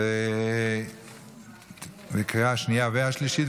אושרה בקריאה השנייה והשלישית,